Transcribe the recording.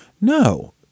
No